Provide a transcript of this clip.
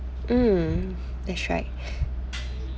mm that's right